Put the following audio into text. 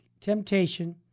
temptation